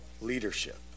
leadership